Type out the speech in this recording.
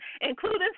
including